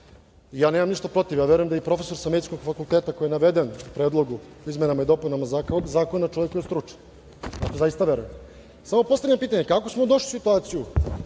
nemam ništa protiv, verujem i da profesor sa Medicinskog fakulteta koji je naveden u predlogu o izmenama i dopunama Zakon, čovek je stručan. Ja to zaista verujem, samo postavljam pitanje kako smo došli u situaciju